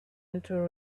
into